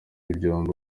ibyombo